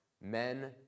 Men